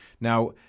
Now